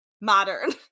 modern